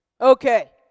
okay